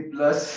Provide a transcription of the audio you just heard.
Plus